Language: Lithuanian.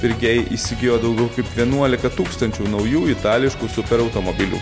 pirkėjai įsigijo daugiau kaip vienuoliką tūkstančių naujų itališkų superautomobilių